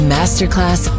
Masterclass